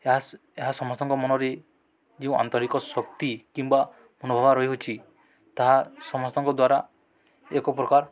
ଏହା ଏହା ସମସ୍ତଙ୍କ ମନରେ ଯେଉଁ ଆନ୍ତରିକ ଶକ୍ତି କିମ୍ବା ମନୋଭାବ ରହିଛିି ତାହା ସମସ୍ତଙ୍କ ଦ୍ୱାରା ଏକ ପ୍ରକାର